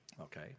Okay